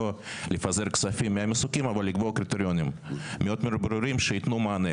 לא לפזר כספים אבל לקבוע קריטריונים מאוד ברורים שיתנו מענה,